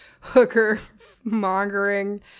hooker-mongering